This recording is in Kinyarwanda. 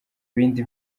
bindi